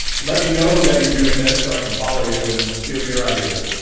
let me know that you're doing this so i can follow you and steal your ideas.